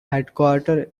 headquartered